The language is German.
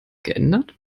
geändert